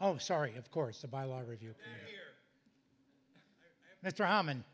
oh sorry of course a by law review that's rahman